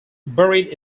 buried